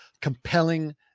compelling